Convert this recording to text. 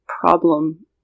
problem